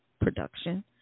production